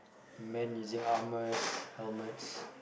man using armours helmets